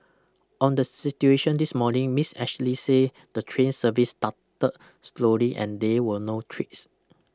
on the situation this morning Ms Ashley say the train service started slowly and they were no trips